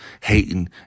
hating